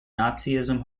nazism